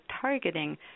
targeting